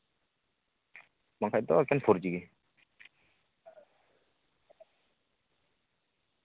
ᱱᱚᱣᱟᱴᱟᱜ ᱫᱚ ᱮᱠᱮᱱ ᱯᱷᱳᱨᱡᱤ ᱜᱮ